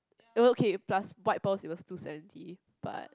okay plus white balls it was two seventy but